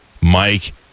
Mike